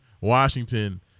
Washington